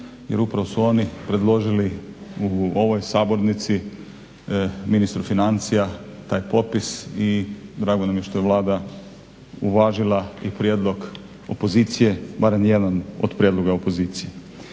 jer upravo su oni predložili u ovoj sabornici ministru financija taj popis i drago nam je što je Vlada uvažila i prijedlog opozicije, barem jedan od prijedloga opozicije.